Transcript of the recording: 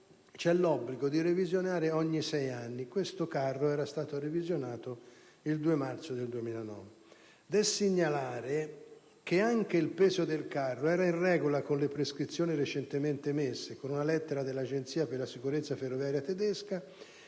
c'è l'obbligo di revisionare ogni sei anni. Questo carro era stato revisionato il 2 marzo 2009. Da segnalare, infine, che anche il peso del carro era in regola con le prescrizioni recentemente emesse con una lettera dell'Agenzia per la sicurezza ferroviaria tedesca,